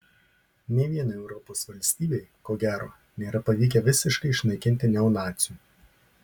nė vienai europos valstybei ko gero nėra pavykę visiškai išnaikinti neonacių